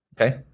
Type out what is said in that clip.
Okay